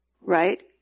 Right